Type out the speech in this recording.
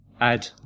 add